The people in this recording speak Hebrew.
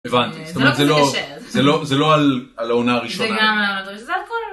הבנתי. זאת אומרת, -אה, זה לא כזה קשה. זה לא, זה לא על.. על העונה הראשונה. זה גם על העונה הר.... זה על הכל.